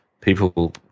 people